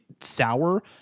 sour